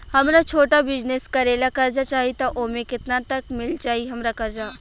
हमरा छोटा बिजनेस करे ला कर्जा चाहि त ओमे केतना तक मिल जायी हमरा कर्जा?